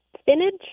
Spinach